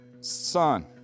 son